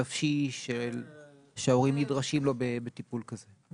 הנפשי שההורים נדרשים לו בטיפול כזה.